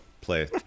play